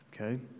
okay